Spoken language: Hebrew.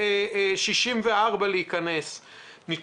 64,000 אנשים להיכנס לבידוד.